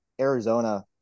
Arizona